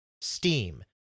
Steam